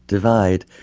divide,